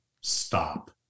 stop